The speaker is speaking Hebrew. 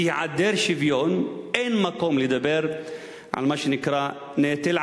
בהיעדר שוויון, אין מקום לדבר על מה שנקרא נטל,